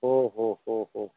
हो हो हो हो